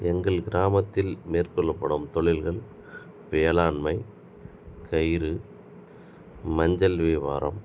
எங்கள் கிராமத்தில் மேற்கொள்ளப்படும் தொழில்கள் வேளாண்மை கயிறு மஞ்சள் வியாவாரம்